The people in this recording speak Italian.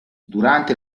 durante